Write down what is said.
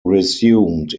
resumed